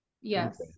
Yes